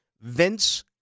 Vince